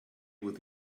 with